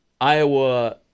Iowa